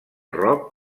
rock